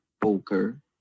poker